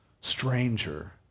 stranger